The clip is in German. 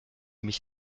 mich